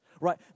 right